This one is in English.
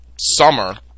summer